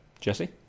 Jesse